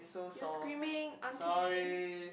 you're screaming auntie